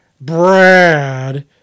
Brad